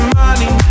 money